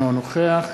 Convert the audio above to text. אינו נוכח